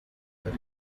the